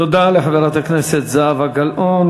תודה לחברת הכנסת זהבה גלאון.